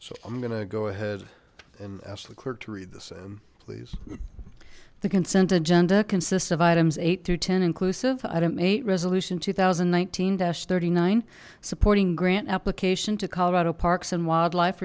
so i'm gonna go ahead and ask the clerk to read the same please the consent agenda consists of items eight through ten inclusive item eight resolution two thousand and nineteen thirty nine supporting grant application to colorado parks and wildlife